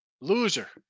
Loser